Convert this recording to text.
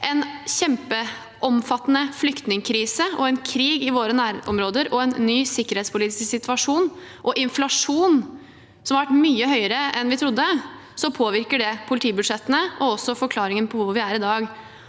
en kjempeomfattende flyktningkrise, en krig i våre nærområder, en ny sikkerhetspolitisk situasjon og en inflasjon som har vært mye høyere enn vi trodde den kunne bli, påvirker det politibudsjettene og også forklaringen på hvor vi er i dag.